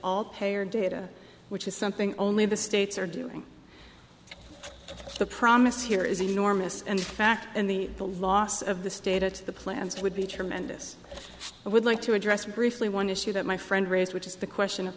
all payer data which is something only the states are doing the promise here is enormous and in fact and the the loss of this data to the plans would be tremendous i would like to address briefly one issue that my friend raised which is the question of